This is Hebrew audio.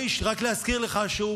והאיש, רק להזכיר לך קצת